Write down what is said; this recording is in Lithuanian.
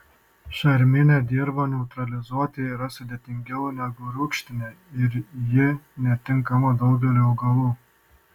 šarminę dirvą neutralizuoti yra sudėtingiau negu rūgštinę ir ji netinkama daugeliui augalų